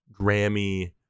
Grammy